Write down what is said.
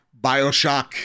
Bioshock